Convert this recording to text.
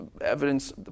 evidence